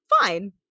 fine